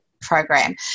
program